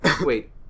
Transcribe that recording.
Wait